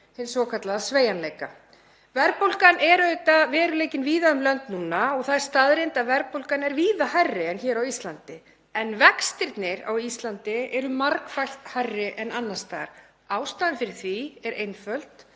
hins svokallaða sveigjanleika. Verðbólgan er auðvitað veruleikinn víða um lönd núna og það er staðreynd að verðbólgan er víða hærri en hér á Íslandi, en vextirnir á Íslandi eru margfalt hærri en annars staðar. Ástæðan fyrir því er einföld